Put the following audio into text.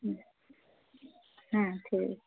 হুম হ্যাঁ ঠিক আছে